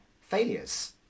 failures